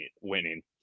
winning